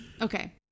Okay